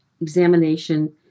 examination